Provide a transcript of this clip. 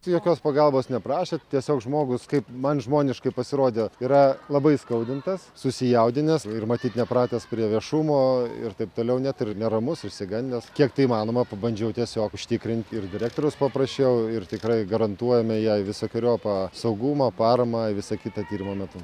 jokios pagalbos neprašė tiesiog žmogus kaip man žmoniškai pasirodė yra labai įskaudintas susijaudinęs ir matyt nepratęs prie viešumo ir taip toliau net ir neramus išsigandęs kiek tai įmanoma pabandžiau tiesiog užtikrint ir direktoriaus paprašiau ir tikrai garantuojame jai visokeriopą saugumą paramą visa kita tyrimo metu